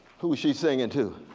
who is she singing to?